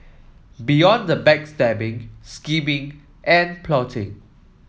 beyond the backstabbing scheming and plotting